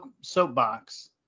soapbox